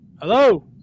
Hello